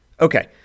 Okay